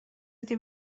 ydy